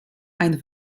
ein